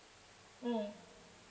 mm